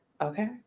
Okay